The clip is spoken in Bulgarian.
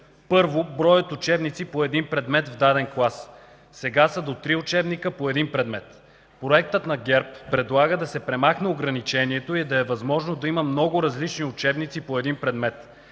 Първо, броят учебници по един предмет в даден клас. Сега са до три учебника по един предмет. Проектът на ГЕРБ предлага да се премахне ограничението и да е възможно да има много различни учебници по един предмет,